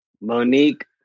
Monique